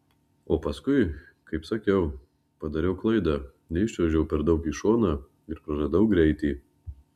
o paskui kaip sakiau padariau klaidą neiščiuožiau per daug į šoną ir praradau greitį